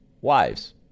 Wives